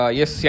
yes